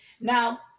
Now